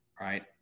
right